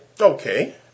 okay